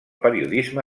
periodisme